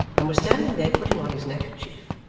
and was standing there putting on his neckerchief,